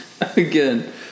Again